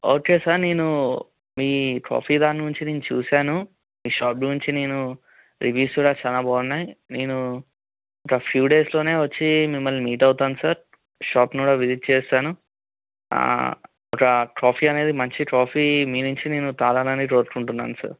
okay sir నేను మీ coffee దాని నుంచి గురించి నేను చూశాను మీ షాప్లో నుంచి నేను రివ్యూస్ కూడా చాలా బాగున్నాయి నేను గా ఫ్యూ డేస్లో వచ్చి మిమ్మల్ని మీట్ అవుతాను సార్ షాపును కూడా విజిట్ చేస్తాను ఒక కాఫీ అనేది మంచి కాఫీ మీ నించి నేను తాగాలని కోరుకొంటున్నాను సార్